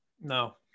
No